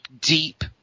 deep